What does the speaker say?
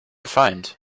find